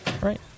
Right